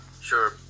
sure